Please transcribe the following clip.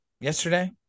yesterday